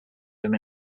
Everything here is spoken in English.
him